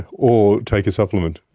or take a supplement.